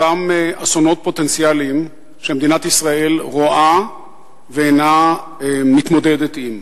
אותם אסונות פוטנציאליים שמדינת ישראל רואה ואינה מתמודדת עמם.